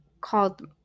called